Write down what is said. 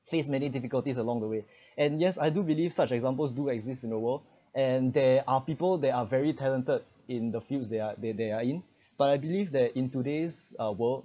see as many difficulties along the way and yes I do believe such examples do exist in the world and there are people there are very talented in the fields there they they are in but I believe that in today's uh world